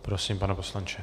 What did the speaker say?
Prosím, pane poslanče.